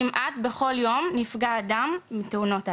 כמעט בכל יום נפגע אדם מהתאונות האלה,